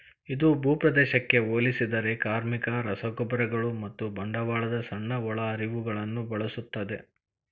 ಇದು ಭೂಪ್ರದೇಶಕ್ಕೆ ಹೋಲಿಸಿದರೆ ಕಾರ್ಮಿಕ, ರಸಗೊಬ್ಬರಗಳು ಮತ್ತು ಬಂಡವಾಳದ ಸಣ್ಣ ಒಳಹರಿವುಗಳನ್ನು ಬಳಸುತ್ತದೆ